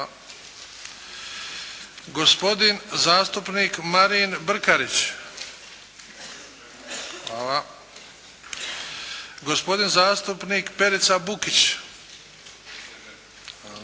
gospodin zastupnik Marin Brkarič - prisežem, gospodin zastupnik Perica Bukić -